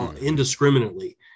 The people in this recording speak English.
indiscriminately